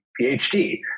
phd